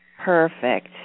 Perfect